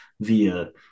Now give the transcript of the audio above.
via